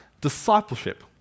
discipleship